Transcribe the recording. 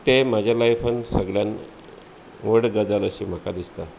ते म्हजे लायफान सगल्यान व्हड गजाल अशी म्हाका दिसता